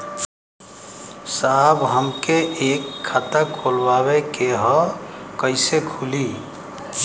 साहब हमके एक खाता खोलवावे के ह कईसे खुली?